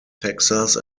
texas